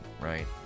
right